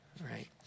right